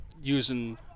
using